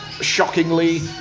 Shockingly